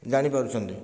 ଜାଣିପାରୁଛନ୍ତି